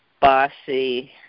bossy